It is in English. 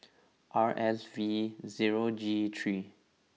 R S V zero G three